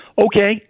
okay